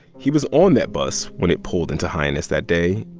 he was on that bus when it pulled into hyannis that day.